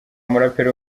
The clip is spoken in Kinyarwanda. umuraperi